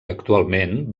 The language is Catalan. actualment